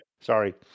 Sorry